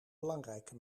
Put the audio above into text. belangrijke